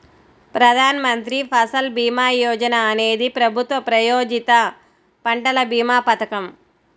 ప్రధాన్ మంత్రి ఫసల్ భీమా యోజన అనేది ప్రభుత్వ ప్రాయోజిత పంటల భీమా పథకం